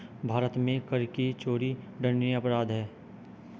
भारत में कर की चोरी दंडनीय अपराध है